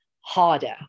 harder